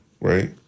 Right